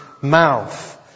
mouth